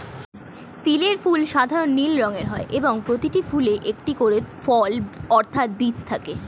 তিলের ফুল সাধারণ নীল রঙের হয় এবং প্রতিটি ফুলে একটি করে ফল অর্থাৎ বীজ থাকে